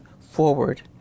forward